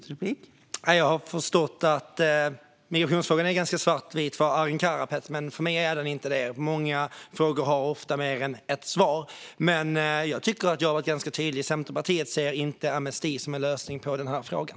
Fru talman! Jag har förstått att migrationsfrågan är ganska svartvit för Arin Karapet. För mig är den dock inte det - många frågor har ofta mer än ett svar. Jag tycker att jag har varit ganska tydlig: Centerpartiet ser inte amnesti som en lösning på den här frågan.